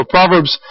Proverbs